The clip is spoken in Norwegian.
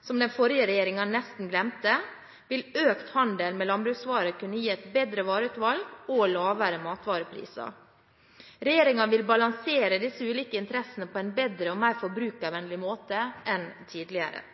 som den forrige regjeringen nesten glemte – vil økt handel med landbruksvarer kunne gi et bedre vareutvalg og lavere matvarepriser. Regjeringen vil balansere disse ulike interessene på en bedre og mer forbrukervennlig måte enn tidligere.